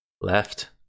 left